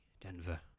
Denver